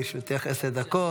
לרשותך עשר דקות.